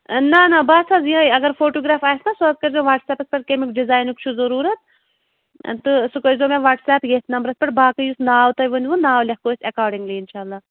نہَ نہَ بس حظ یِہَے اگر فوٹوٗگرٛاف آسہِ نا سُہ حظ کٔرۍزیٚو واٹٕس ایپَس پٮ۪ٹھ کَمیُک ڈِزاینُک چھُ ضروٗرت تہٕ سُہ کٔرۍزیٚو مےٚ واٹٕس ایپ یَتھۍ نمبرَس پٮ۪ٹھ باقٕے یُس ناو تۄہہِ ؤنِو ناو لیکھو أسۍ ایکارڈِنٛگلی اِنشاء اللہ